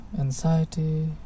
anxiety